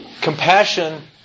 compassion